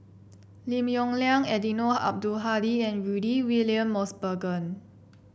Lim Yong Liang Eddino Abdul Hadi and Rudy William Mosbergen